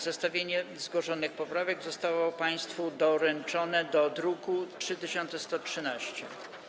Zestawienie zgłoszonych poprawek zostało państwu doręczone do druku nr 3113.